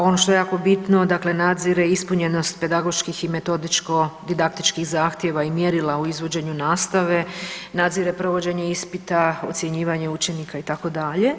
Ono što je jako bitno dakle nadzire ispunjenost pedagoških i metodičko didaktičkih zahtjeva i mjerila o izvođenju nastave, nadzire provođenje ispita, ocjenjivanje učenika itd.